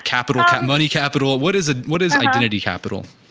capital money capital, what is ah what is identify capital?